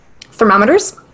Thermometers